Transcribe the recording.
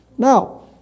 Now